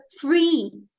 free